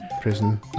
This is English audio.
prison